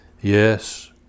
Yes